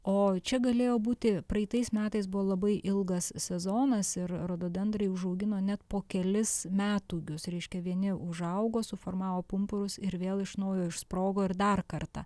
o čia galėjo būti praeitais metais buvo labai ilgas sezonas ir rododendrai užaugino net po kelis metūgius reiškia vieni užaugo suformavo pumpurus ir vėl iš naujo išsprogo ir dar kartą